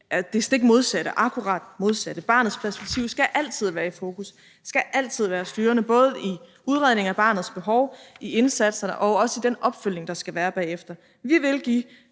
ud på akkurat det modsatte: Barnets perspektiv skal altid være i fokus og altid være styrende, både i udredningen af barnets behov, i indsatserne og også i den opfølgning, der skal være bagefter. Vi vil give